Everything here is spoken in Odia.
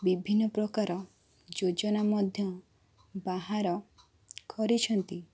ବିଭିନ୍ନପ୍ରକାର ଯୋଜନା ମଧ୍ୟ ବାହାର କରିଛନ୍ତି